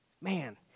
man